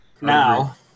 Now